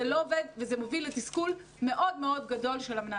לא עובד וזה מוביל לתסכול מאוד מאוד גדול של המנהלים.